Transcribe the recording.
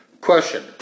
Question